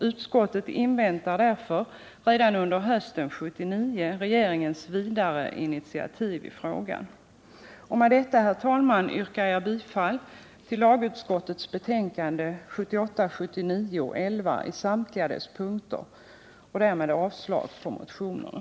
Utskottet inväntar därför redan under hösten 1979 regeringens vidare initiativ i frågan. Med detta, herr talman, yrkar jag bifall till utskottets hemställan på samtliga punkter och därmed avslag på motionerna.